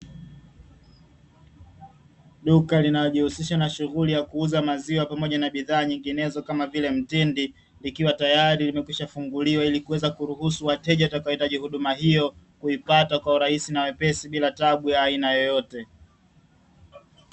Duka linalojihusisha na shughuli ya kuuza maziwa pamoja na bidhaa nyinginezo kama vile mtindi, likiwa tayari limekwishafunguliwa ili kuweza kuruhusu wateja watakaohitaji huduma hiyo, kuipata kwa urahisi na wepesi bila tabu ya aina yoyote.